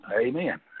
amen